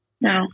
No